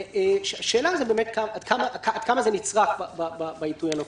השאלה היא באמת עד כמה זה נצרך בעיתוי הנוכחי.